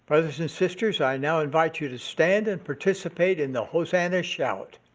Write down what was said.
brothers and sisters, i now invite you to stand and participate in the hosanna shout,